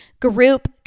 group